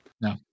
No